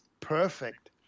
perfect